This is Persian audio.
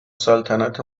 سلطنت